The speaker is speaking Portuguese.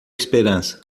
esperança